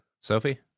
Sophie